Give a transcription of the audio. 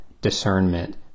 discernment